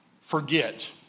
forget